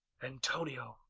antonio!